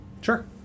Sure